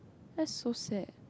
that's so sad